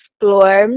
explore